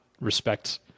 respect